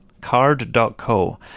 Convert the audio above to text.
card.co